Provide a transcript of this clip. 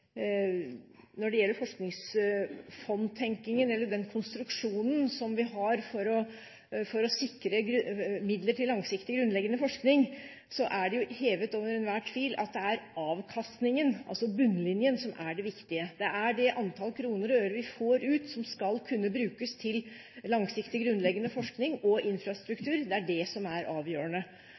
Når det gjelder forskningsfondtenkningen – eller den konstruksjonen vi har for å sikre midler til langsiktig, grunnleggende forskning – er det hevet over enhver tvil at det er avkastningen, altså bunnlinjen, som er det viktige. Det er det antall kroner og øre vi får ut som skal kunne brukes til langsiktig, grunnleggende forskning og infrastruktur. Det er det som er avgjørende.